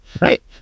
Right